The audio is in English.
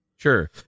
Sure